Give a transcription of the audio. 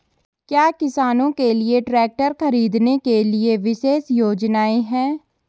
क्या किसानों के लिए ट्रैक्टर खरीदने के लिए विशेष योजनाएं हैं?